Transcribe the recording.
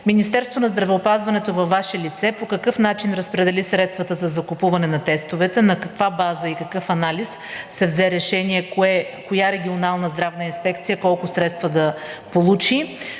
Министерството на здравеопазването във Ваше лице по какъв начин разпредели средствата за закупуване на тестовете; на каква база и какъв анализ се взе решение коя регионална здравна инспекция колко средства да получи;